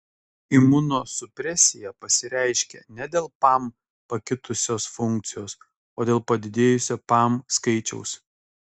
imunosupresija pasireiškia ne dėl pam pakitusios funkcijos o dėl padidėjusio pam skaičiaus